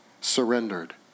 surrendered